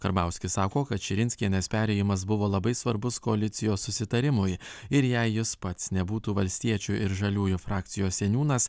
karbauskis sako kad širinskienės perėjimas buvo labai svarbus koalicijos susitarimui ir jei jis pats nebūtų valstiečių ir žaliųjų frakcijos seniūnas